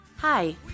Hi